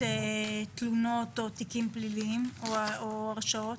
תלונות או תיקים פליליים או הרשעות?